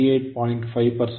5 ದಕ್ಷತೆಯನ್ನು ಹೊಂದಿದೆ 0